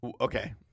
Okay